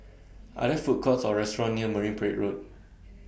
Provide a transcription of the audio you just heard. Are There Food Courts Or restaurants near Marine Parade Road